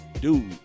dude